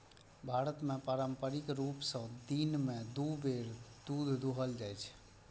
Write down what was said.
भारत मे पारंपरिक रूप सं दिन मे दू बेर दूध दुहल जाइ छै